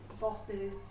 bosses